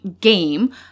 game